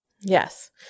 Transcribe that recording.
Yes